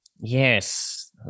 Yes